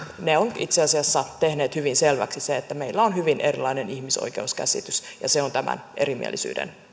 ne ovat itse asiassa tehneet hyvin selväksi sen että meillä on hyvin erilainen ihmisoikeuskäsitys ja se on tämän erimielisyyden